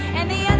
and